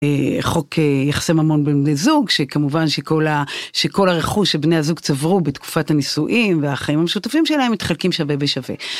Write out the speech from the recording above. חוק יחסי ממון בני זוג שכמובן שכל הרכוש שבני הזוג צברו בתקופת הנישואים והחיים המשותפים שלהם מתחלקים שווה בשווה.